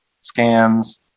scans